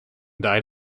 died